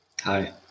Hi